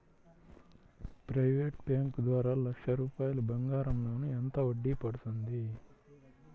Private bank ద్వారా లక్ష రూపాయలు బంగారం లోన్ ఎంత వడ్డీ పడుతుంది?